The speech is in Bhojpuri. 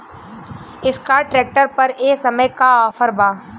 एस्कार्ट ट्रैक्टर पर ए समय का ऑफ़र बा?